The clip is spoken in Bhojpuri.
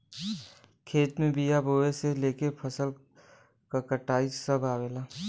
खेत में बिया बोये से लेके फसल क कटाई सभ आवेला